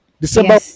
December